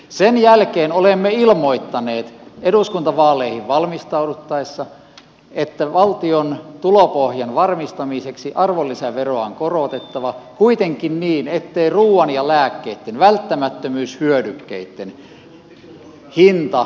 sen jälkeen olemme ilmoittaneet eduskuntavaaleihin valmistauduttaessa että valtion tulopohjan varmistamiseksi arvonlisäveroa on korotettava kuitenkin niin ettei ruuan ja lääkkeitten välttämättömyyshyödykkeitten hinta nouse